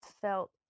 felt